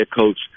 coach